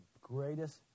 greatest